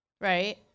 Right